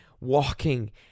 walking